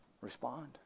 Respond